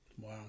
Wow